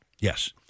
Yes